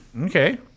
Okay